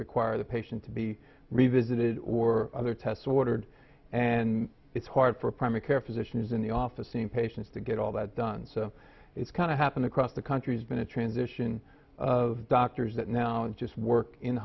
require the patient to be revisited or other tests ordered and it's hard for a primary care physician is in the office seeing patients to get all that done so it's kind of happen across the country has been a transition of doctors that now and just work in